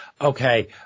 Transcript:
okay